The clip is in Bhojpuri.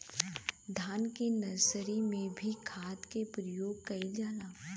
धान के नर्सरी में भी खाद के प्रयोग कइल जाला?